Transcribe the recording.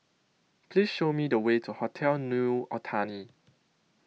Please Show Me The Way to Hotel New Otani